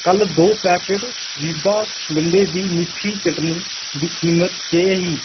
कल्ल दो पैकट वीबा गंढे दी मिट्ठी चटनी दी कीमत केह् ही